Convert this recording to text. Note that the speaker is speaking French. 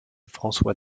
françois